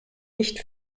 nicht